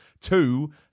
Two